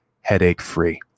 headache-free